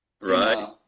right